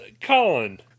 Colin